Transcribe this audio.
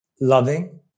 loving